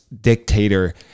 dictator